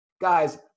guys